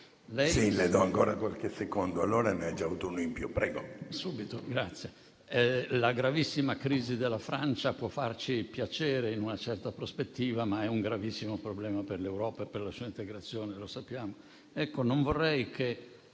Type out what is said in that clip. La gravissima crisi della Francia può farci piacere, in una certa prospettiva, ma è un gravissimo problema per l'Europa e per la sua integrazione. Questo lo sappiamo.